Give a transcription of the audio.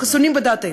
אנחנו חסונים בדעתנו.